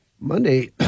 Monday